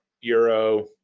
euro